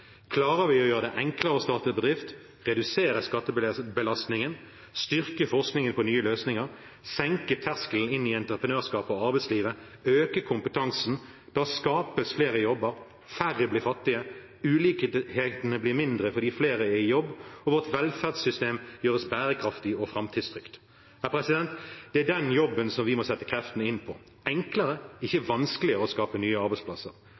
Klarer vi å gjøre det enklere å starte bedrift, redusere skattebelastningen, styrke forskningen på nye løsninger, senke terskelen inn i entreprenørskapet og arbeidslivet og øke kompetansen, skapes flere jobber, færre blir fattige, ulikhetene blir mindre fordi flere er i jobb, og vårt velferdssystem gjøres bærekraftig og framtidstrygt. Det er den jobben vi må sette kreftene inn på: gjøre det enklere, ikke vanskeligere, å skape nye arbeidsplasser,